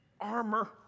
armor